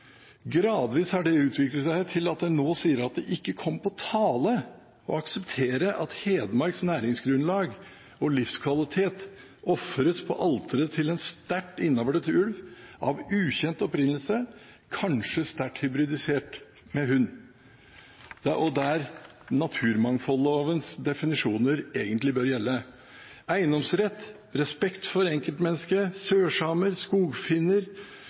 Gradvis har det utviklet seg til at jeg nå sier at det ikke kommer på tale å akseptere at Hedmarks næringsgrunnlag og livskvalitet ofres på alteret til en sterkt innavlet ulv av ukjent opprinnelse, kanskje sterkt hybridisert med hund, der naturmangfoldlovens definisjoner egentlig bør gjelde. Eiendomsrett, respekt for enkeltmennesket, sørsamer, skogfinner,